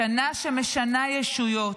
שנה שמשנה ישויות,